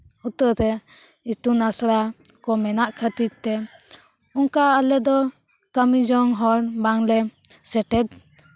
ᱩᱛᱟᱹᱨ ᱨᱮ ᱤᱛᱩᱱ ᱟᱥᱲᱟ ᱠᱚ ᱢᱮᱱᱟᱜ ᱠᱷᱟᱹᱛᱤᱨ ᱛᱮ ᱚᱱᱠᱟ ᱟᱞᱮ ᱫᱚ ᱠᱟᱹᱢᱤ ᱡᱚᱝ ᱦᱚᱲ ᱵᱟᱝᱞᱮ ᱥᱮᱴᱮᱨ